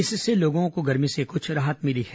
इससे लोगों को गर्मी से कुछ राहत मिली है